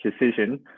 decision